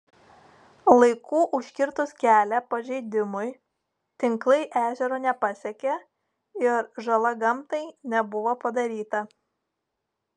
laiku užkirtus kelią pažeidimui tinklai ežero nepasiekė ir žala gamtai nebuvo padaryta